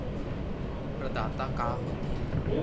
प्रदाता का हो थे?